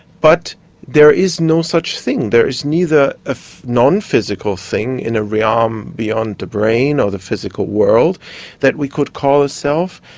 but there is no such thing. there is neither a non-physical thing in a realm beyond the brain or the physical world that we could call a self,